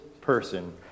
person